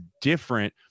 different